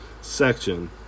section